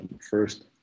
first